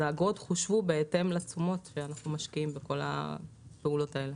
האגרות חושבו בהתאם לתשומות שאנחנו משקיעים בכל הפעולות האלה.